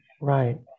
right